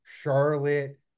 Charlotte